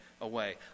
away